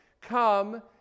come